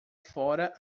fora